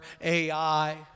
AI